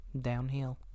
downhill